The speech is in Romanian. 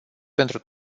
pentru